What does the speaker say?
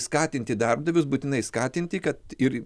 skatinti darbdavius būtinai skatinti kad ir